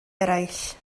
eraill